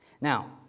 Now